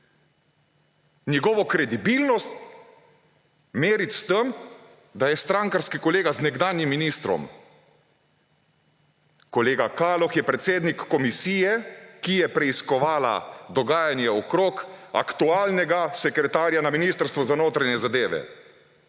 njegovo kredibilnost meriti s tem, da je strankarski kolega z nekdanjim ministrom! Kolega Kaloh je predsednik komisije, ki je preiskovala dogajanje okrog aktualnega sekretarja na Ministrstvu za notranje zadeve